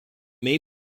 may